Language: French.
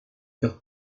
faire